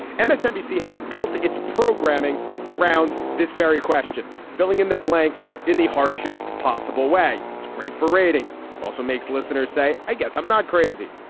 and msnbc has built its programming around this very question. filling in the blanks in the harshest possible way. it's great for ratings and also makes listeners say. i guess i'm not crazy.